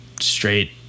straight